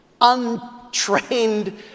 untrained